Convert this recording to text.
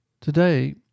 Today